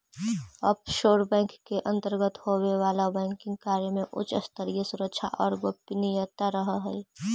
offshore bank के अंतर्गत होवे वाला बैंकिंग कार्य में उच्च स्तरीय सुरक्षा आउ गोपनीयता रहऽ हइ